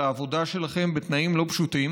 על העבודה שלכם בתנאים לא פשוטים.